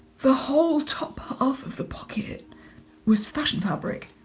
the whole top half of the pocket was fashion fabric.